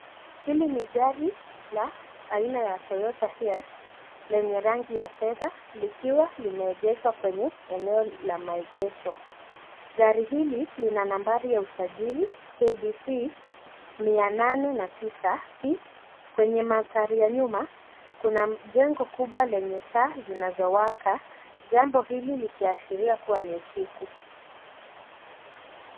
Hili ni gari, la, aina ya Toyota Hies , lenye rangi ya fedha, likiwa , limeegeshwa kwenye, eneo la maegesho, gari hili, lina nambari ya usajili, KDC809P, kwenye manthari ya nyuma, kuna m jengo kubwa lenye taa zinazo waka, jambo hili likiashilia kuwa ni usiku.